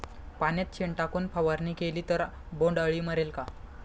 पाण्यात शेण टाकून फवारणी केली तर बोंडअळी मरेल का?